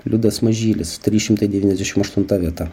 liudas mažylis trys šimtai devyniasdešim aštunta vieta